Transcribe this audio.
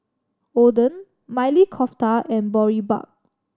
Oden Maili Kofta and Boribap